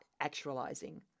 actualizing